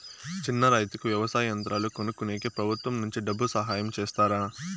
చిన్న రైతుకు వ్యవసాయ యంత్రాలు కొనుక్కునేకి ప్రభుత్వం నుంచి డబ్బు సహాయం చేస్తారా?